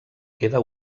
queda